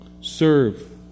serve